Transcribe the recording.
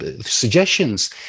suggestions